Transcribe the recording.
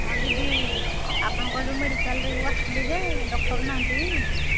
ହଁ ଦିଦି ଆପଣଙ୍କ ଯେଉଁ ମେଡ଼ିକାଲରେ ଆସିଥିଲି ଯେ ଡକ୍ଟର ନାହାନ୍ତି କି